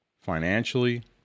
financially